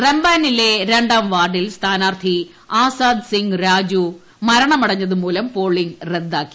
റംബാനിലെ രണ്ടാം വാർഡിൽ സ്ഥാനാർത്ഥി ആസാദ് സിംഗ് രാജു മരണപ്പെട്ടതുമൂലം പോളിംഗ് റദ്ദാക്കി